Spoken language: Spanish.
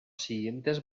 siguientes